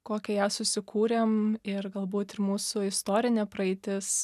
kokią ją susikūrėm ir galbūt ir mūsų istorinė praeitis